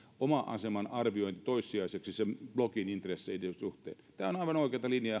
oman aseman arviointi jää toissijaiseksi sen blokin intresseihin nähden tämä on aivan oikeata linjaa